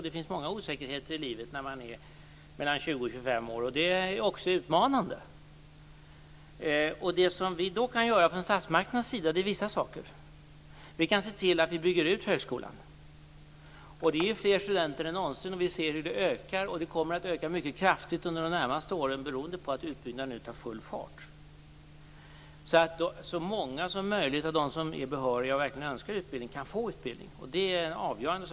Det finns många osäkerheter livet när man är mellan 20 och 25 år, men det är också utmanande. Från statsmakternas sida kan vi göra vissa saker. Vi kan se till att bygga ut högskolan. Det finns fler studenter än någonsin, och vi ser hur antalet ökar. Det kommer också att öka mycket kraftigt under de närmaste åren beroende på att utbyggnaden nu tar full fart. Så många som möjligt av de som är behöriga och verkligen önskar utbildning kan få utbildning. Det är avgörande.